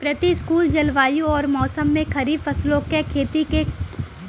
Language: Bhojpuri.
प्रतिकूल जलवायु अउर मौसम में खरीफ फसलों क खेती कइसे हो सकेला?